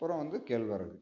அப்புறம் வந்து கேழ்வரகு